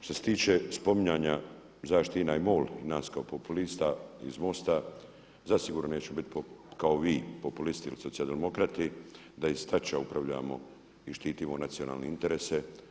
Što se tiče spominjanja zašto INA i MOL, i nas kao populista iz MOST-a zasigurno neću biti kao vi populist ili socijaldemokrati da iz Tač upravljamo i štitimo nacionalne interese.